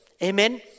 Amen